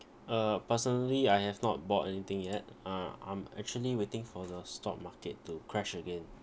uh personally I have not bought anything yet uh I'm actually waiting for the stock market to crash again